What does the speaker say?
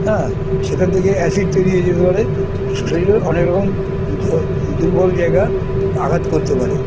হ্যাঁ সেখান থেকে অ্যাসিড তৈরি হয়ে যেতে পারে শরীরে অনেক রকম দুর্বল জায়গা আঘাত করতে পারে